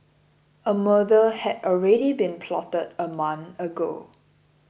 a murder had already been plotted a month ago